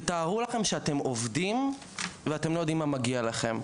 תתארו לכם שאתם עובדים ואתם לא יודעים מה מגיע לכם.